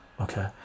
okay